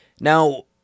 Now